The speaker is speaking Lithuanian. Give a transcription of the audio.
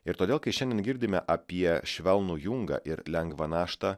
ir todėl kai šiandien girdime apie švelnų jungą ir lengvą naštą